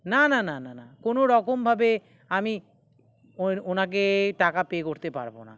না না না না না কোনো রকমভাবে আমি ওর ওঁকে টাকা পে করতে পারবো না